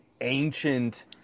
ancient